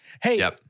Hey